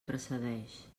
precedeix